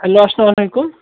hello اَلسلامُ علیکُم